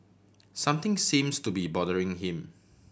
something seems to be bothering him